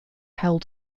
hell